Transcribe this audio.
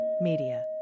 Media